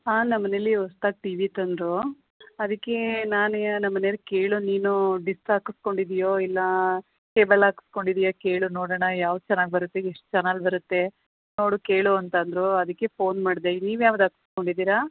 ಹಾಂ ನಮ್ಮ ಮನೇಲಿ ಹೊಸ್ದಾಗ್ ಟಿವಿ ತಂದರು ಅದಕ್ಕೆ ನಾನೇ ನಮ್ಮ ಮನೆಯವ್ರ್ ಕೇಳು ನೀನು ಡಿಸ್ ಹಾಕಸ್ಕೊಂಡಿದಿಯೋ ಇಲ್ಲ ಕೇಬಲ್ ಹಾಕಸ್ಕೊಂಡಿದಿಯ ಕೇಳು ನೋಡೋಣ ಯಾವ್ದು ಚೆನ್ನಾಗಿ ಬರುತ್ತೆ ಎಷ್ಟು ಚಾನಲ್ ಬರುತ್ತೆ ನೋಡು ಕೇಳು ಅಂತಂದರು ಅದಕ್ಕೆ ಫೋನ್ ಮಾಡಿದೆ ನೀವು ಯಾವ್ದು ಹಾಕಸ್ಕೊಂಡಿದೀರಾ